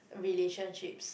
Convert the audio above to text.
relationships